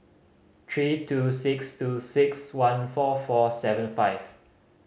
three two six two six one four four seven five